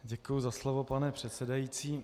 Děkuji za slovo, pane předsedající.